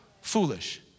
Foolish